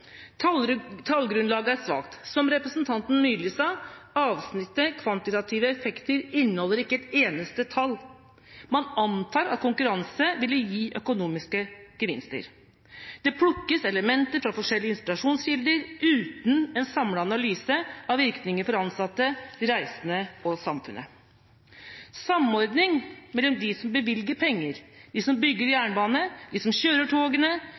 spill. Tallgrunnlaget er svakt. Som representanten Myrli sa, inneholder kapitlet «Kvantitative effekter» ikke ett eneste tall. Man antar at konkurranse vil gi økonomiske gevinster. Det plukkes elementer fra forskjellige inspirasjonskilder uten en samlet analyse av virkninger for de ansatte, de reisende og samfunnet. Samordning mellom de som bevilger penger, de som bygger jernbane, de som kjører togene,